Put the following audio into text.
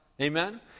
Amen